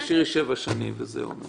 תשאירי שבע שנים וזהו.